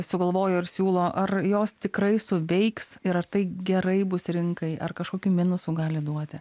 sugalvojo ir siūlo ar jos tikrai suveiks ir ar tai gerai bus rinkai ar kažkokių minusų gali duoti